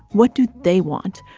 what do they want?